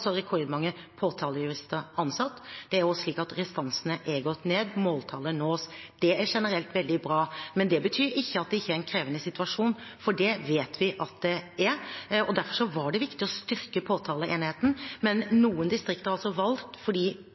rekordmange påtalejurister ansatt. Det er også slik at restansene har gått ned, og at måltallet nås. Det er generelt veldig bra, men det betyr ikke at det ikke er en krevende situasjon, for det vet vi at det er. Derfor var det viktig å styrke påtaleenheten, men